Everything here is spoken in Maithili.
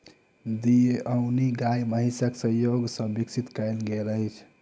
देओनी गाय महीसक संजोग सॅ विकसित कयल गेल अछि